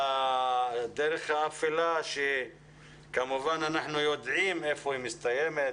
לדרך האפלה שאנחנו יודעים היכן היא מסתיימת.